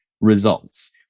results